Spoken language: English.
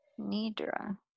Nidra